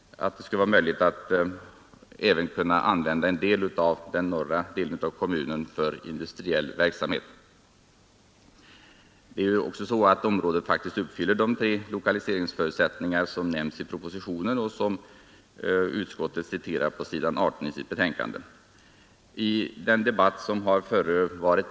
Det bör då vara möjligt att reservera en del av den norra delen av kommunen för industriell verksamhet. Området uppfyller faktiskt också de tre lokaliseringsförutsättningar som nämns i propositionen och som utskottet citerar på s. 18 i sitt betänkande.